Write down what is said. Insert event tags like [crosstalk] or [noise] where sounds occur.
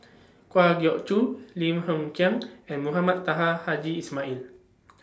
Kwa Geok Choo Lim Hng Kiang and Mohamed Taha Haji Ismail [noise]